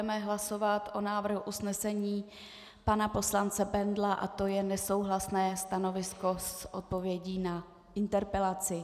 Budeme hlasovat o návrhu usnesení pana poslance Bendla a to je nesouhlasné stanovisko s odpovědí na interpelaci.